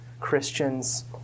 Christians